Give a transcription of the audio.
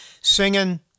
singing